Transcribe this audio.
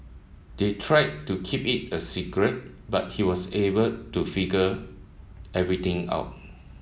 they tried to keep it a secret but he was able to figure everything out